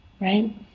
right